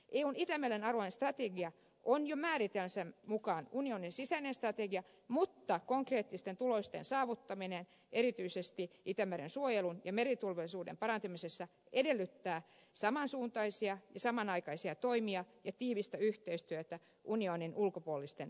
eun itämeren alueen strategia on jo määritelmänsä mukaan unionin sisäinen strategia mutta konkreettisten tulosten saavuttaminen erityisesti itämeren suojelun ja meriturvallisuuden parantamisessa edellyttää samansuuntaisia ja samanaikaisia toimia ja tiivistä yhteistyötä unionin ulkopuolisten maiden kanssa